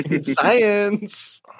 Science